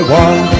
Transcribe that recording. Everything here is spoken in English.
one